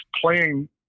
playing